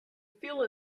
feel